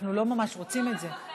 ואנחנו לא ממש רוצים את זה.